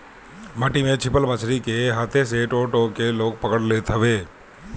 माटी में छिपल मछरी के हाथे से टो टो के लोग पकड़ लेत हवे